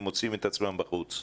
הם מוצאים את עצמם בחוץ.